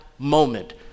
moment